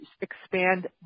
expand